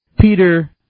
Peter